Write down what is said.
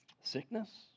sickness